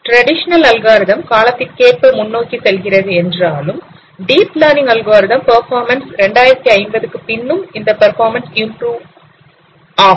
traditional algorithm காலத்திற்கேற்ப முன்னோக்கி செல்கிறது என்றாலும் டீப் லர்ன்ங் அல்காரிதம் ன் பெர்ஃபாமென்ஸ் 2050 க்கு பின்னும் இந்த பர்பாமன்ஸ் இம்ப்ரூவ் ஆகும்